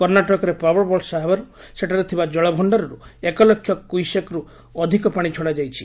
କର୍ଣ୍ଣାଟକରେ ପ୍ରବଳ ବର୍ଷା ହେବାରୁ ସେଠାରେ ଥିବା ଜଳଭଣ୍ଡାରରୁ ଏକଲକ୍ଷ କ୍ୟୁସେକ୍ରୁ ଅଧିକ ପାଣି ଛଡ଼ାଯାଉଛି